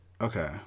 okay